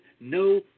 no